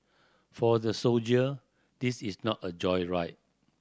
for the soldier this is not a joyride